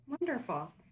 Wonderful